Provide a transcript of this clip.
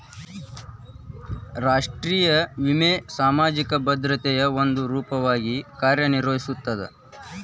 ರಾಷ್ಟ್ರೇಯ ವಿಮೆ ಸಾಮಾಜಿಕ ಭದ್ರತೆಯ ಒಂದ ರೂಪವಾಗಿ ಕಾರ್ಯನಿರ್ವಹಿಸ್ತದ